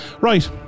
Right